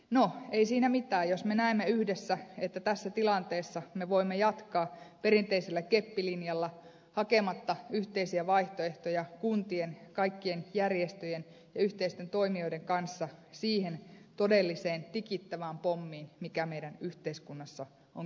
no ei siinä mitään jos me näemme yhdessä että tässä tilanteessa me voimme jatkaa perinteisellä keppilinjalla hakematta yhteisiä vaihtoehtoja kuntien kaikkien järjestöjen ja yhteisten toimijoiden kanssa siihen todelliseen tikittävään pommiin mikä meidän yhteiskunnassamme on kehittymässä